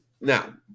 Now